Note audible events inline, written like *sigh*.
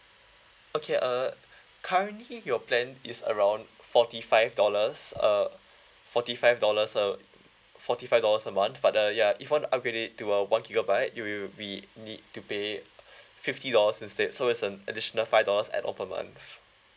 okay uh *breath* currently your plan is around forty five dollars uh forty five dollars uh forty five dollars a month but uh ya if you want to upgrade to a one gigabyte you will be need to pay *breath* fifty dollars instead so it's an additional five dollars add on per month